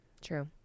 true